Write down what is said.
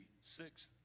sixth